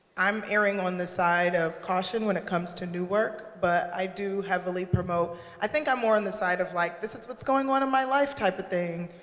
i'm erring on the side of caution when it comes to new work, but i do heavily promote i think i'm more on the side of, like this is what's going on in my life, type of thing,